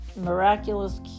Miraculous